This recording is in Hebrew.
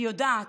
אני יודעת,